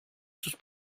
sus